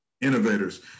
innovators